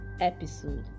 episode